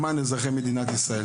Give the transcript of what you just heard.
למען אזרחי מדינת ישראל,